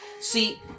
See